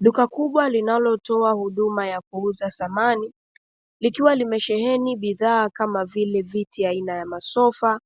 Duka kubwa linalotoa huduma ya kuuza samani, likiwa limesheheni bidhaa kama vile: viti aina ya sofa,